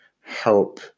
help